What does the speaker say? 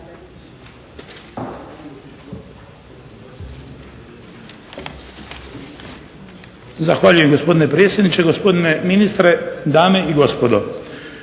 Zahvaljujem gospodine predsjedniče, gospodine ministre, dame i gospodo.